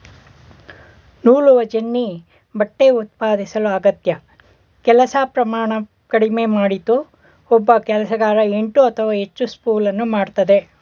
ನೂಲುವಜೆನ್ನಿ ಬಟ್ಟೆ ಉತ್ಪಾದಿಸಲು ಅಗತ್ಯ ಕೆಲಸ ಪ್ರಮಾಣ ಕಡಿಮೆ ಮಾಡಿತು ಒಬ್ಬ ಕೆಲಸಗಾರ ಎಂಟು ಅಥವಾ ಹೆಚ್ಚಿನ ಸ್ಪೂಲನ್ನು ಮಾಡ್ತದೆ